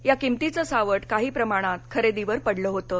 या किंमतीचं सावट काही प्रमाणात खरेदीवर पडलं होतं